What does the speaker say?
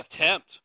attempt